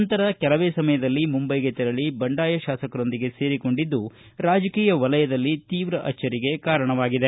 ನಂತರದಲ್ಲಿ ಕೆಲವೇ ಸಮಯದಲ್ಲಿ ಮುಂಬೈಗೆ ತೆರಳಿ ಬಂಡಾಯ ಶಾಸಕರೊಂದಿಗೆ ಸೇರಿಕೊಂಡಿದ್ದು ರಾಜಕೀಯ ವಲಯದಲ್ಲಿ ತೀವ್ರ ಅಚ್ಚರಿಗೆ ಕಾರಣವಾಗಿದೆ